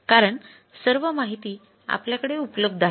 कारण सर्व माहिती आपल्या कडे उपलब्ध आहे